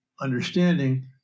understanding